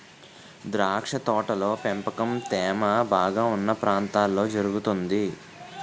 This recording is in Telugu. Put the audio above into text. ద్రాక్ష తోటల పెంపకం తేమ బాగా ఉన్న ప్రాంతాల్లో జరుగుతుంది